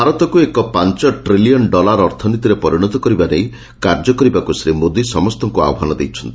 ଭାରତକୁ ଏକ ପାଞ ଟ୍ରିଲିୟନ୍ ଡଲାର୍ ଅର୍ଥନୀତିରେ ପରିଶତ କରିବା ନେଇ କାର୍ଯ୍ୟ କରିବାକୁ ଶ୍ରୀ ମୋଦୀ ସମ୍ଠଙ୍କୁ ଆହ୍ବାନ ଦେଇଛନ୍ତି